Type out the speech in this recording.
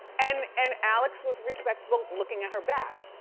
and and alex was respectful looking at her back.